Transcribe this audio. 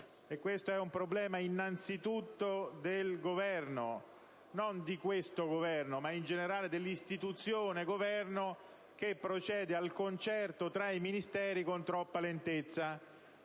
Questo è un problema innanzitutto del Governo: non di questo Governo ma, in generale, dell'istituzione Governo, che procede al concerto tra i Ministeri con troppa lentezza.